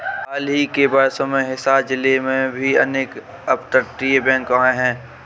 हाल ही के वर्षों में हिसार जिले में भी अनेक अपतटीय बैंक आए हैं